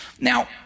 Now